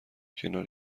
کنار